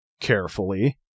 carefully